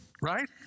right